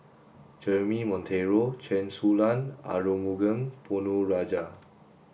Jeremy Monteiro Chen Su Lan Arumugam Ponnu Rajah